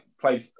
played